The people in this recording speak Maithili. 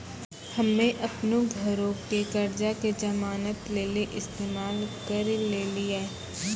हम्मे अपनो घरो के कर्जा के जमानत लेली इस्तेमाल करि लेलियै